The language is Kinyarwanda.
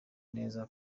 neza